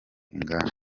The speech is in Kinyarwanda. inganda